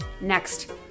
Next